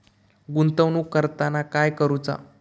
गुंतवणूक करताना काय करुचा?